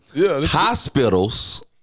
Hospitals